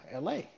LA